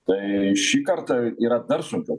tai šį kartą yra dar sunkiau